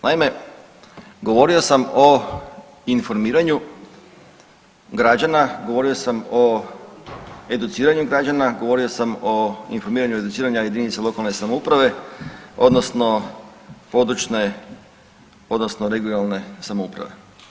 Naime, govorio sam o informiranju građana, govorio sam o educiranju građana, govorio sam o informiranju educiranja jedinica lokalne samouprave odnosno područne odnosno regionalne samouprave.